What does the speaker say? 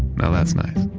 now that's nice.